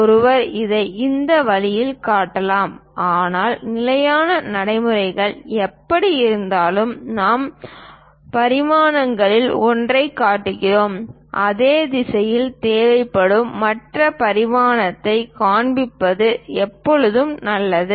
ஒருவர் இதை இந்த வழியில் காட்டலாம் ஆனால் நிலையான நடைமுறைகள் எப்படியிருந்தாலும் நாம் பரிமாணங்களில் ஒன்றைக் காட்டுகிறோம் அதே திசையில் தேவைப்படும் மற்ற பரிமாணத்தையும் காண்பிப்பது எப்போதும் நல்லது